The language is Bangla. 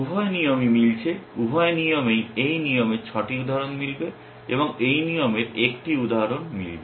উভয় নিয়মই মিলছে উভয় নিয়মেই এই নিয়মের 6টি উদাহরণ মিলবে এবং এই নিয়মের 1টি উদাহরণ মিলবে